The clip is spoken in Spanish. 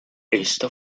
esta